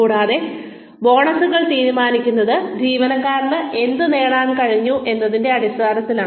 കൂടാതെ ബോണസുകൾ തീരുമാനിക്കുന്നത് ജീവനക്കാരന് എന്ത് നേടാൻ കഴിഞ്ഞു എന്നതിന്റെ അടിസ്ഥാനത്തിലാണ്